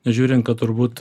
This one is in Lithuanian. nežiūrint kad turbūt